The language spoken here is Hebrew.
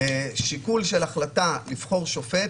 שיקול של החלטה לבחור שופט